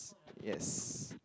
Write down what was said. yes